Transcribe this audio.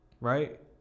right